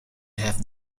have